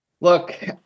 Look